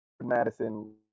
Madison